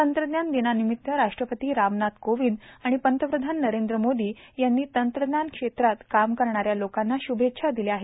तंत्रज्ञान दिनानिमित्त राष्ट्रपती रामनाथ कोविंद आणि पंतप्रधान नरेंद्र मोदी यांनी तंत्रजान क्षेत्रात काम करणा या लोकांना शुभेच्छा दिल्या आहेत